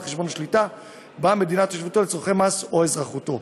השליטה בה ומדינת תושבותו לצורכי מס או אזרחותו,